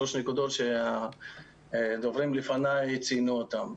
שלוש נקודות שהדוברים לפניי ציינו אותם.